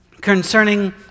concerning